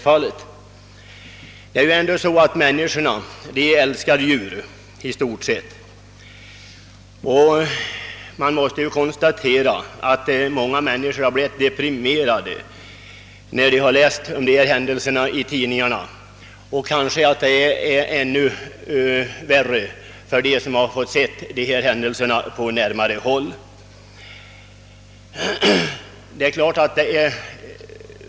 Människor i allmänhet älskar djur, och många har blivit mycket deprimerade, när de läst om dessa händelser i tidningarna, men det är kanske ännu värre för dem som har bevittnat händelserna på närmare håll.